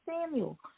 Samuel